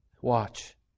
Watch